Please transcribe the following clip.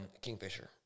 Kingfisher